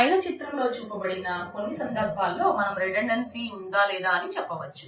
పైన చిత్రంలో చూపబడిన కొన్ని సందర్భాలతో మనం రిడండెన్సీ ఉందా లేదా అని చెప్పవచ్చు